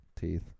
teeth